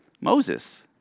Moses